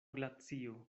glacio